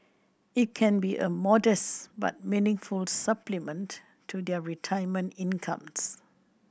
it can be a modest but meaningful supplement to their retirement incomes